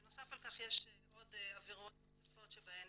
בנוסף לכך יש עבירות נוספות שבהן